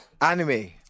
Anime